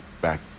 back